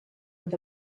with